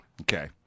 Okay